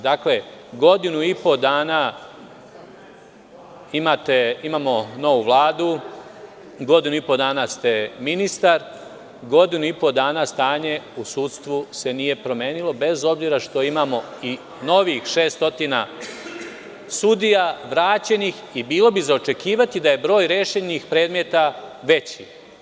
Dakle, godinu i po dana imamo novu Vladu godinu i po dana ste ministar, godinu i po stanje u sudstvu se nije promenilo bez obzira što imamo i novih šest stotina sudija vraćenih i bilo bi za očekivati da je broj rešenih predmeta veći.